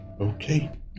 Okay